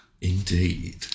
Indeed